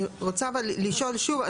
אני רוצה אבל לשאול שוב.